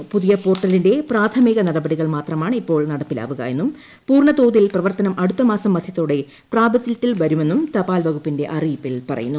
പ്പുതിയ പോർട്ടലിന്റെ പ്രാഥമിക നടപടികൾ മാത്രമാണ് ഇപ്പോൾ നട്പ്പില്ലാവ്ുകയെന്നും പൂർണ്ണതോതിലെ പ്രവർത്തനം അടുത്തമാസം മധ്യ്ത്തോടെ പ്രാബല്യത്തിൽ വരുമെന്നും തപാൽ വകുപ്പിന്റെ അറിയിപ്പിൽ പ്രറയുന്നു